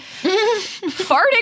farting